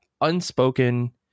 unspoken